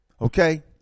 Okay